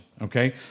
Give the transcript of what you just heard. Okay